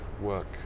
work